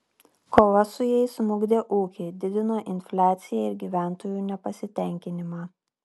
kova su jais smukdė ūkį didino infliaciją ir gyventojų nepasitenkinimą